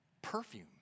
perfume